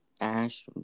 ash